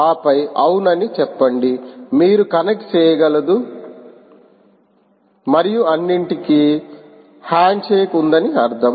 ఆపై అవును అని చెప్పడం మీరు కనెక్ట్ చేయగలదు మరియు అన్నింటికీ హ్యాండ్ షేక్ ఉంధని అర్థం